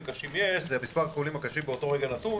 קשים יש זה מס' החולים הקשים באותו רגע נתון,